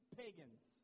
pagans